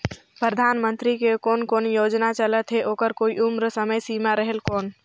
परधानमंतरी के कोन कोन योजना चलत हे ओकर कोई उम्र समय सीमा रेहेल कौन?